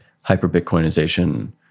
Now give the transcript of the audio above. hyper-Bitcoinization